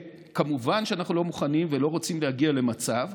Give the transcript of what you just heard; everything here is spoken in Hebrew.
מובן שאנחנו לא מוכנים ולא רוצים להגיע למצב,